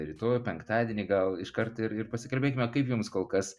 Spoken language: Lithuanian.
rytoj penktadienį gal iškart ir ir pasikalbėkime kaip jums kol kas